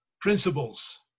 principles